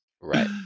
Right